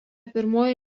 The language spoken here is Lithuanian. pirmoji